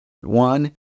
One